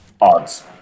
Odds